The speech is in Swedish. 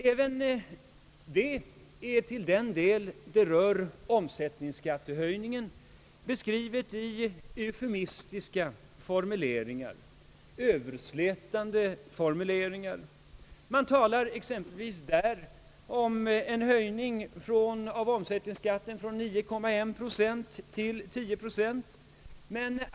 Även det är, till den del det rör omsättningsskattehöjningen, beskrivet i eufemistiska och överslätande formuleringar. Man talar exempelvis om en höjning av omsättningsskatten från 9,1 procent till 10.